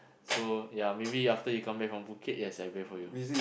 so ya maybe after you come back from Phuket yes I buy for you